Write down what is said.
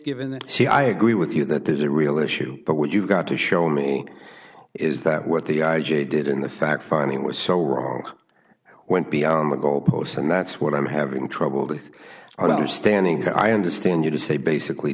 given that she i agree with you that there's a real issue but what you've got to show me is that what the i jay did in the fact finding was so wrong went beyond the goalposts and that's what i'm having trouble with i'm standing here i understand you to say basically